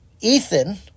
Ethan